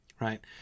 Right